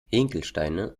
hinkelsteine